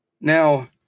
Now